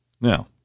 Now